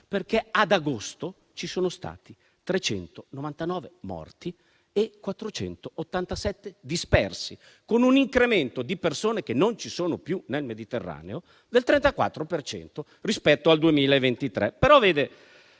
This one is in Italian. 2016. Ad agosto ci sono stati infatti 399 morti e 487 dispersi, con un incremento di persone che non ci sono più nel Mediterraneo del 34 per cento rispetto al 2023.